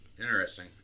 Interesting